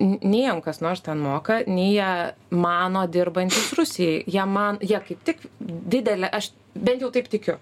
nei jiem kas nors ten moka nei jie mano dirbantys rusijai jie man jie kaip tik didelė aš bent jau taip tikiu